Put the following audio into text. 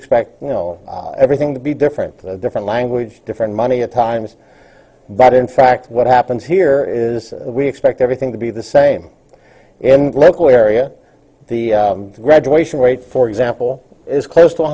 expect you know everything to be different different language different money at times that in fact what happens here is we expect everything to be the same in local area the graduation rate for example is close to